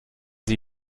sie